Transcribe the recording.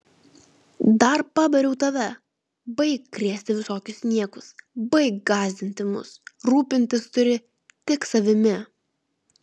dar pabariau tave baik krėsti visokius niekus baik gąsdinti mus rūpintis turi tik savimi